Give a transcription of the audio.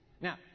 Now